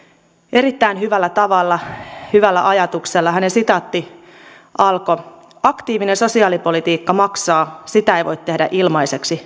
erittäin hyvällä tavalla hyvällä ajatuksella hänen sitaattinsa alkoi aktiivinen sosiaalipolitiikka maksaa sitä ei voi tehdä ilmaiseksi